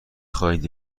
خواهید